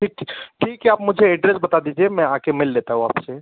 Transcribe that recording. ठीक ठी ठीक है आप मुझे एड्रेस बता दीजिए मैं आ कर मिल लेता हूँ आप से